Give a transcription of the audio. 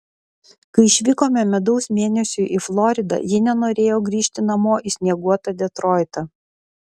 kai išvykome medaus mėnesiui į floridą ji nenorėjo grįžti namo į snieguotą detroitą